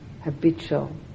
habitual